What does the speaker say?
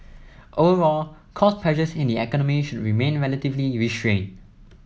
overall cost pressures in the economy should remain relatively restrained